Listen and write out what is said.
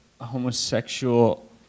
homosexual